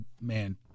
man